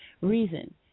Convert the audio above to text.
Reason